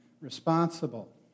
responsible